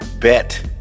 bet